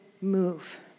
move